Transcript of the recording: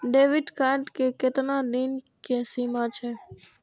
Debit card के केतना दिन के सीमा छै?